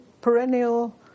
perennial